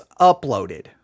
uploaded